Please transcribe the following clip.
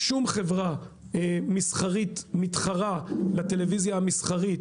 שום חברה מסחרית מתחרה לטלוויזיה המסחרית,